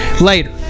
later